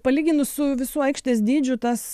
palyginus su visu aikštės dydžiu tas